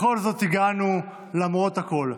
בכל זאת הגענו, למרות הכול.